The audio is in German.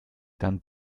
dann